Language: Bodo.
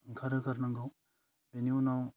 ओंखारहोगोरनांगौ बेनि उनाव